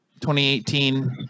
2018